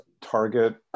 target